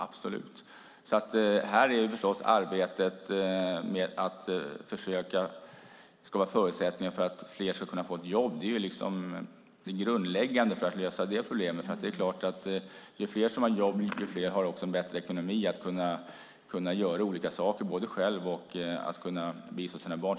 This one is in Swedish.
Visst är det så. Arbetet med att skapa förutsättningar för att fler ska kunna få ett jobb är det grundläggande för att lösa det problemet. Ju fler som har jobb, desto fler har också en bättre ekonomi och kan göra fler saker för sig själva och sina barn.